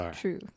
true